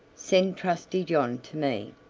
send trusty john to me.